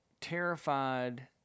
terrified